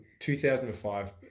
2005